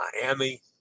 Miami